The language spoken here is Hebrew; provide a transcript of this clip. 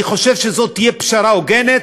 אני חושב שזאת תהיה פשרה הוגנת,